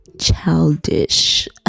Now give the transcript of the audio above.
childish